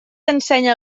ensenya